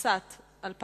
התשס"ט 2008,